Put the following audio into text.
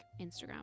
Instagram